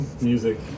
music